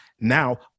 Now